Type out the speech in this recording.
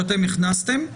שהכנסתם,